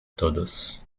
todos